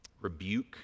rebuke